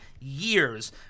years